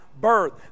birth